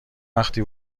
وقتی